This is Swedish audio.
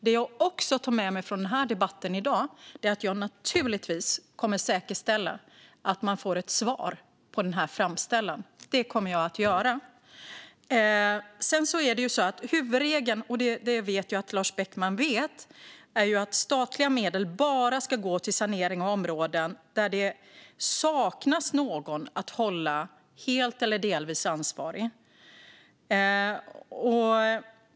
Det jag också tar med mig från den här debatten i dag är att jag naturligtvis kommer att säkerställa att man får ett svar på den här framställan. Det kommer jag att göra. Huvudregeln, och det vet jag att Lars Beckman vet, är att statliga medel bara ska gå till sanering av områden där det saknas någon att hålla helt eller delvis ansvarig.